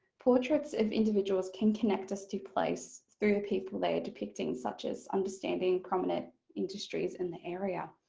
portraits of individuals can connect us to place through the people they are depicting such as understanding prominent industries and the area.